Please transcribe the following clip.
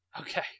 Okay